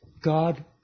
God